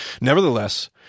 Nevertheless